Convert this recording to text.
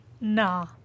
Nah